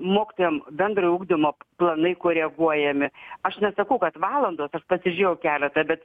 mokytojam bendrojo ugdymo planai koreguojami aš nesakau kad valandos aš pasižiūrėjau keletą bet